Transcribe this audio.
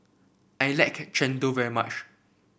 I like Chendol very much